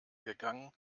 gegangen